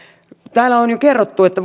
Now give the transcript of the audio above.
täällä on jo kerrottu että